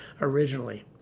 originally